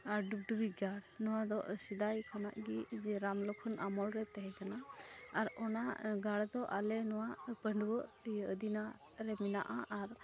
ᱟᱨ ᱰᱩᱜᱽᱰᱩᱜᱤ ᱜᱟᱲ ᱱᱚᱣᱟᱫᱚ ᱥᱮᱫᱟᱭ ᱠᱷᱚᱱᱟᱜ ᱜᱮ ᱡᱮ ᱨᱟᱢᱼᱞᱚᱠᱠᱷᱚᱱ ᱟᱢᱚᱞᱨᱮ ᱛᱮᱦᱮᱸᱠᱟᱱᱟ ᱟᱨ ᱚᱱᱟ ᱜᱟᱲᱫᱚ ᱟᱞᱮ ᱱᱚᱣᱟ ᱯᱟᱺᱰᱣᱟᱹ ᱤᱭᱟᱹ ᱟᱹᱫᱤᱱᱟᱨᱮ ᱢᱮᱱᱟᱜᱼᱟ ᱟᱨ